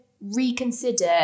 reconsider